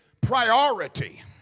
priority